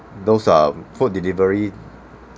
those uh food delivery